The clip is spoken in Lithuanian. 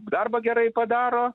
darbą gerai padaro